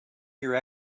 your